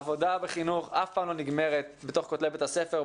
העבודה בחינוך אף פעם לא נגמרת בתוך כותלי בית הספר,